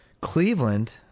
Cleveland